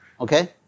Okay